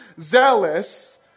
zealous